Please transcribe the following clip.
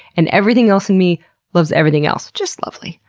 and everything else in me loves everything else. just lovely.